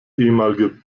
ehemalige